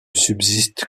subsiste